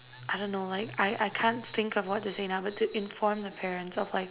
I don't know like I I can't think of what to say now but to inform the parents of like